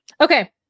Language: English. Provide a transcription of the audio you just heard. Okay